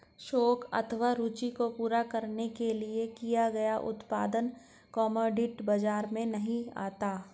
शौक अथवा रूचि को पूरा करने के लिए किया गया उत्पादन कमोडिटी बाजार में नहीं आता